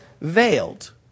veiled